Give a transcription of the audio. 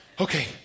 okay